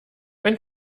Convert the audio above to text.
wenn